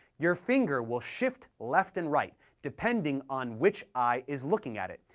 your finger will shift left and right depending on which eye is looking at it,